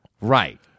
right